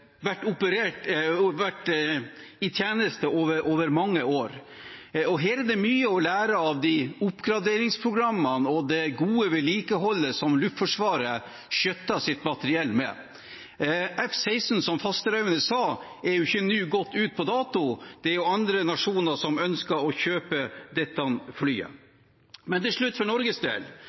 vært i tjeneste over mange år. Her er det mye å lære av de oppgraderingsprogrammene og det gode vedlikeholdet som Luftforsvaret skjøtter sitt materiell med. F-16 er jo, som Fasteraune sa, ikke gått ut på dato, det er andre nasjoner som ønsker å kjøpe dette flyet. Men til slutt, for Norges del: